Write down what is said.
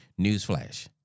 Newsflash